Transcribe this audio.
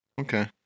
Okay